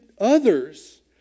others